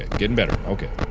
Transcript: getting better, okay